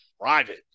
private